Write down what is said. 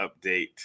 update